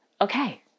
okay